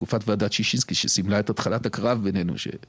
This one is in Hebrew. תקופת ועדת שישינסקי שסימלה את התחלת הקרב בינינו ש...